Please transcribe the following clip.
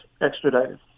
extradited